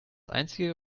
einzige